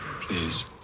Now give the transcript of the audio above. Please